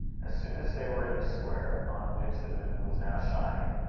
as soon as they were in the square, on which the moon was now shining,